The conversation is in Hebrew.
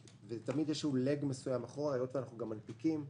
תמיד יש איזה leg מסוים אחורה היות ואנחנו גם מנפיקים.